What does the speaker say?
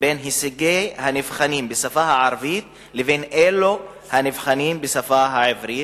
בין הישגי הנבחנים בשפה הערבית לבין אלו הנבחנים בשפה העברית,